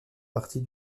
partie